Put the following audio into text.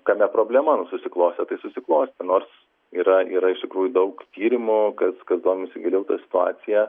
kame problema nu susiklostė tai susiklostė nors yra yra iš tikrųjų daug tyrimų kas kas domisi giliau ta situacija